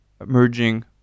emerging